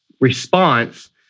response